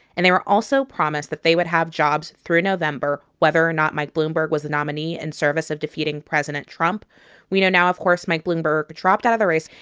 and they were also promised that they would have jobs through november whether or not mike bloomberg was the nominee in and service of defeating president trump we know now, of course, mike bloomberg dropped out of the race.